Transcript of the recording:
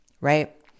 Right